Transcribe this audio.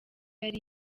yari